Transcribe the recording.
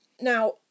Now